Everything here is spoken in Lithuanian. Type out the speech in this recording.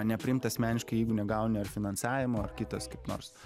nepriimti asmeniškai jeigu negauni ar finansavimo ar kitos kaip nors